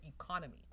economy